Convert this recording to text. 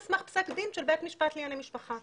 סמך פסק דין של בית משפט לענייני משפחה.